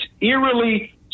eerily